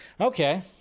okay